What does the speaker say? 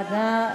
ועדה,